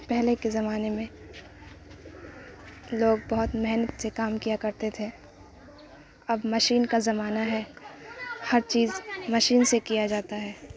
پہلے کے زمانے میں لوگ بہت محنت سے کام کیا کرتے تھے اب مشین کا زمانہ ہے ہر چیز مشین سے کیا جاتا ہے